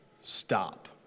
Stop